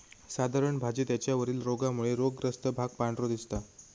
साधारण भाजी त्याच्या वरील रोगामुळे रोगग्रस्त भाग पांढरो दिसता